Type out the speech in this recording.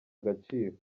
agaciro